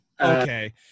Okay